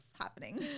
happening